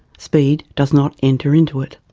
speed does not enter into it.